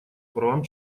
правам